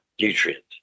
nutrient